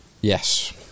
Yes